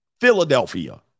Philadelphia